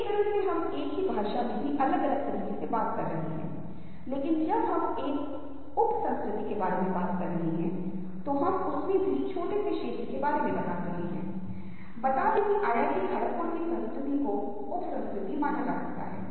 इसी तरह यदि आप छात्रों के समूह के लिए क्रोध की अभिव्यक्ति को देख रहे हैं तो आप पाते हैं कि अभिव्यक्तिी के लिए समान रंग होते हैं अथवा एक समूह के छात्रों के लिए दुख की अभिव्यक्तिी फिर से इसी तरह के रंगों का उपयोग किया गया है